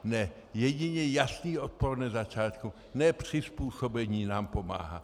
Ne, jedině jasný odpor hned ze začátku, ne přizpůsobení nám pomáhá.